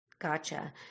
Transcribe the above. Gotcha